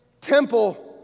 temple